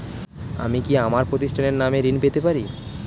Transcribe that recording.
আমি কি আমার প্রতিষ্ঠানের নামে ঋণ পেতে পারি?